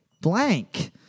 blank